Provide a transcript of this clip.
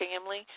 family